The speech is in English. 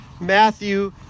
Matthew